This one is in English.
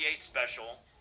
special